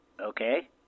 Okay